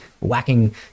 whacking